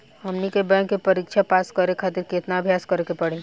हमनी के बैंक के परीक्षा पास करे खातिर केतना अभ्यास करे के पड़ी?